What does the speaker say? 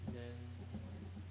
then